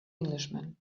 englishman